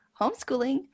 homeschooling